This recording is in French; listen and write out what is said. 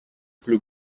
plus